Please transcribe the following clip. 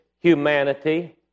humanity